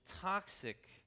toxic